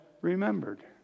remembered